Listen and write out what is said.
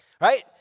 right